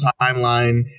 timeline